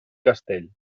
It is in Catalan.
castell